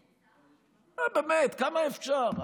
באמת, כמה אפשר?